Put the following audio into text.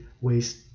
waste